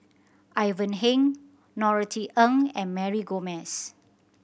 Ivan Heng Norothy Ng and Mary Gomes